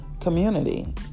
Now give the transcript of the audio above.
community